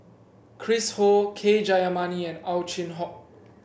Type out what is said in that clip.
Chris Ho K Jayamani and Ow Chin Hock